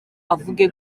avuge